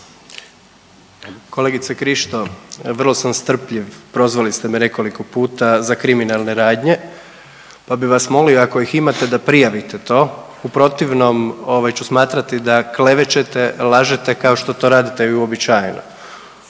Kolegice Krišto vrlo sam strpljiv. Prozvali ste me nekoliko puta za kriminalne radnje pa bih vas molio ako ih imate da prijavite to. U protivnom ovaj ću smatrati da klevećete, lažete kao što to radite i uobičajeno.